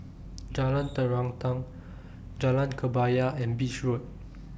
Jalan Terentang Jalan Kebaya and Beach Road